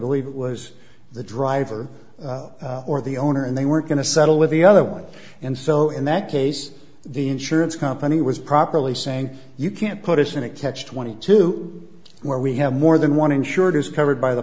believe it was the driver or the owner and they were going to settle with the other one and so in that case the insurance company was properly saying you can't put us in a catch twenty two where we have more than one insured is covered by the